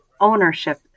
ownership